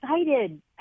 excited